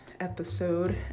episode